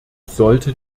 sollte